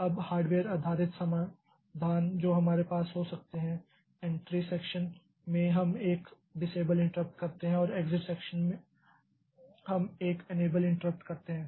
अब हार्डवेयर आधारित समाधान जो हमारे पास हो सकते हैं एंटेरी सेक्षन में हम एक डिसेबल इंटरप्ट करते हैं और एग्ज़िट सेक्षन हम एक एनेबल इंटरप्ट करते हैं